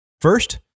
first